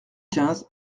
quinze